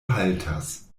haltas